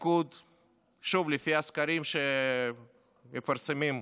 שוב, לפי הסקרים שמפרסמים,